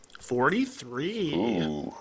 Forty-three